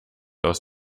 aus